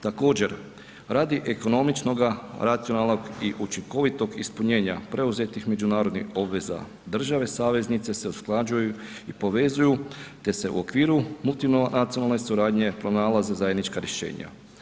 Također, radi ekonomičnoga, racionalnog i učinkovitog ispunjenja preuzetim međunarodnih obveza, države saveznice se usklađuju i povezuju, te se u okviru multinacionalne suradnje pronalaze zajednička rješenja.